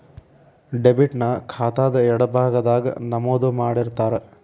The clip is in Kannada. ಡೆಬಿಟ್ ನ ಖಾತಾದ್ ಎಡಭಾಗದಾಗ್ ನಮೂದು ಮಾಡಿರ್ತಾರ